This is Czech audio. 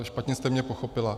Špatně jste mě pochopila.